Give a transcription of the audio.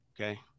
okay